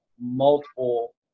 multiple